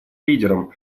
лидерам